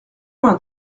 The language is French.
vingt